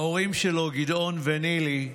ההורים שלו, גדעון ונילי,